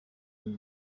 and